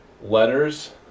letters